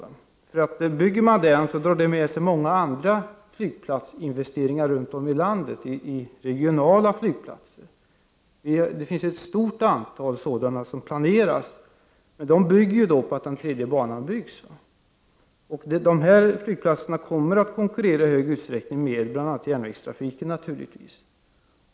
Om denna byggs drar den så att säga med sig många andra flygplatsinvesteringar runt om i landet på regionala flygplatser. Ett stort antal sådana investeringar planeras, men de bygger på att denna tredje bana på Arlanda kommer till stånd. Dessa regionala byggplatser kommer naturligtvis i hög grad att konkurrera med bl.a. järnvägstrafiken.